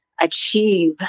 achieve